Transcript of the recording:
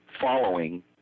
following